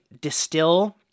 distill